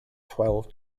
twelve